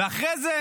ואחרי זה